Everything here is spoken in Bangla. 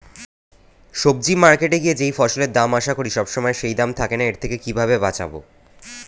সবজি মার্কেটে গিয়ে যেই ফসলের দাম আশা করি সবসময় সেই দাম থাকে না এর থেকে কিভাবে বাঁচাবো?